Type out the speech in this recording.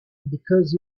because